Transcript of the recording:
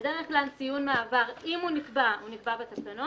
בדרך כלל ציון מעבר, אם הוא נקבע הוא נקבע בתקנות.